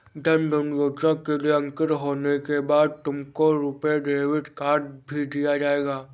जन धन योजना के लिए अंकित होने के बाद तुमको रुपे डेबिट कार्ड भी दिया जाएगा